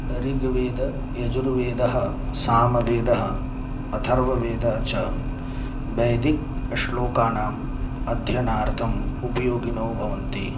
ऋग्वेदः यजुर्वेदः सामवेदः अथर्ववेदः च वेदिकश्लोकानाम् अध्यनार्थम् उपयोगिनो भवन्ति